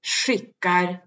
skickar